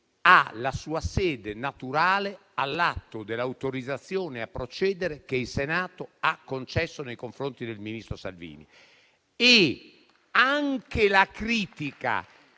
ha la sua sede naturale all'atto dell'autorizzazione a procedere che il Senato ha concesso nei confronti del ministro Salvini.